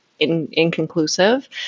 inconclusive